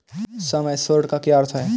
सम assured का क्या अर्थ है?